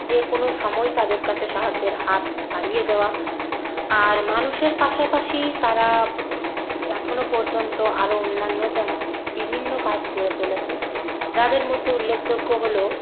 যেকোনো সময় তাদের কাছে সাহায্যের হাত বাড়িয়ে দেওয়া আর মানুষের পাশাপাশি তারা এখনও পর্যন্ত আরও অন্যান্য যা বিভিন্ন কাজ করে চলেছে যাদের মধ্যে উল্লেখযোগ্য হল